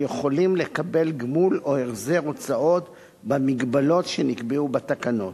יכולים לקבל גמול או החזר הוצאות במגבלות שנקבעו בתקנות.